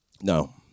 No